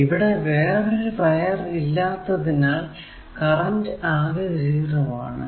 ഇവിടെ വേറൊരു വയർ ഇല്ലാത്തതിനാൽ കറന്റ് അകെ 0 ആണ്